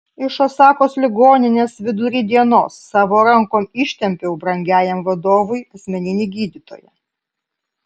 iš osakos ligoninės vidury dienos savo rankom ištempiau brangiajam vadovui asmeninį gydytoją